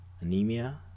anemia